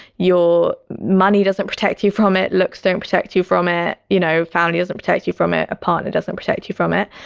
your money doesn't protect you from it. looks don't protect you from it. you know, family doesn't protect you from it. a partner doesn't protect you from it,